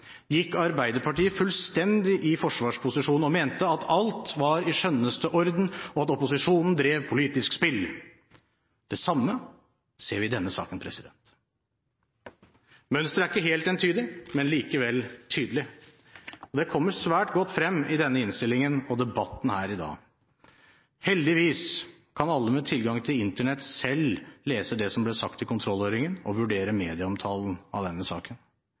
gikk Arbeiderpartiet fullstendig i forsvarsposisjon og mente at alt var i skjønneste orden, og at opposisjonen drev politisk spill. Det samme ser vi i denne saken. Mønsteret er ikke helt entydig, men likevel tydelig. Det kommer svært godt frem i denne innstillingen og debatten her i dag. Heldigvis kan alle med tilgang til Internett selv lese det som ble sagt i kontrollhøringen og vurdere medieomtalen av denne saken.